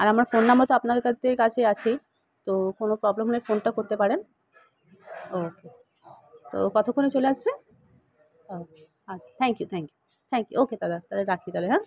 আর আমার phone number তো আপনাদের কাতে কাছে আছেই তো কোনো প্রবলেম হলে ফোনটা করতে পারেন ওকে তো কতক্ষণে চলে আসবে ও আচ্ছা thank you thank you thank you okay দাদা তাহলে রাখি তাহলে হ্যাঁ